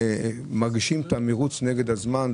מרגישים את המרוץ נגד הזמן.